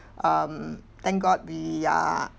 um thank god we are